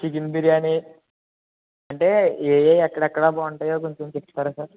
chicken biryani అంటే ఏవి ఏవి ఎక్కడ ఎక్కడ బాగుంటాయో కొంచెం తెచ్చిపెడతారా